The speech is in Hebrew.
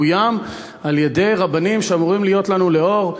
מאוים על-ידי רבנים שאמורים להיות לנו לאור,